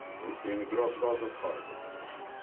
in gross-rosen? horrible condition.